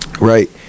Right